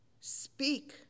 speak